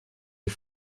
die